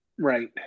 Right